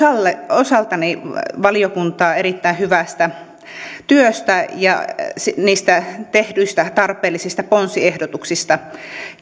osaltani valiokuntaa erittäin hyvästä työstä ja niistä tehdyistä tarpeellisista ponsiehdotuksista